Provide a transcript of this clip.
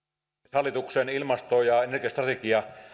hallituksen ilmasto ja energiastrategia